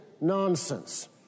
nonsense